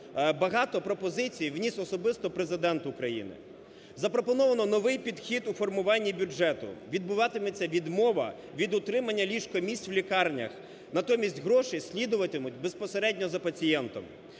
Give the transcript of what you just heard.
Багато пропозицій вніс особисто Президент України. Запропоновано новий підхід у формуванні бюджету, відбуватиметься відмова від утримання ліжко-місць в лікарнях, натомість гроші слідуватимуть безпосередньо за пацієнтом.